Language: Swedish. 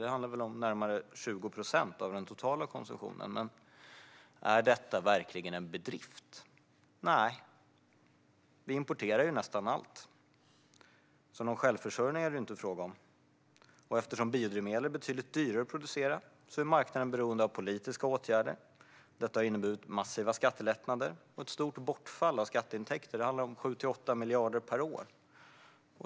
Det handlar väl om närmare 20 procent av den totala konsumtionen. Men är detta verkligen en bedrift? Nej, vi importerar nästan allt. Någon självförsörjning är det alltså inte fråga om. Och eftersom biodrivmedel är betydligt dyrare att producera är marknaden beroende av politiska åtgärder. Detta har inneburit massiva skattelättnader och ett stort bortfall av skatteintäkter. Det handlar om 7-8 miljarder per år.